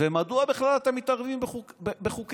ומדוע בכלל אתם מתערבים בחוקי-יסוד?